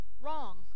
wrong